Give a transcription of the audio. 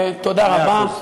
מאה אחוז.